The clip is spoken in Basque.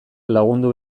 lagundu